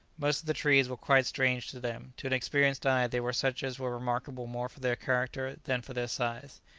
most of the trees were quite strange to them. to an experienced eye they were such as were remarkable more for their character then for their size.